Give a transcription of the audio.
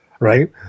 Right